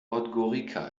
podgorica